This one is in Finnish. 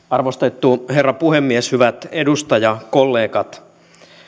arvostettu herra puhemies hyvä edustajakollegat